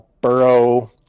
Burrow